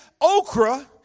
okra